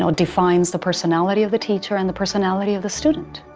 so defines the personality of the teacher and the personality of the student.